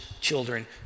children